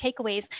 takeaways